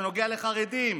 שנוגע לחרדים,